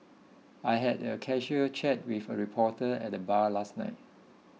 I had a casual chat with a reporter at the bar last night